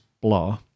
blah